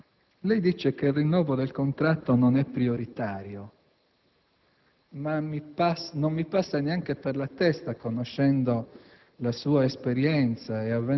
Lei sostiene che il rinnovo del contratto non è prioritario. Non mi passa neanche per la testa, conoscendo